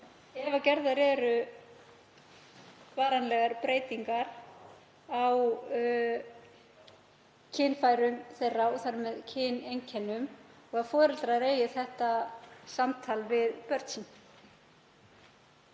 ef gerðar eru varanlegar breytingar á kynfærum þeirra og þar með kyneinkennum og að foreldrar eigi þetta samtal við börn sín.